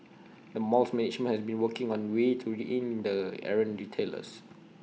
the mall's management has also been working on ways to rein in errant retailers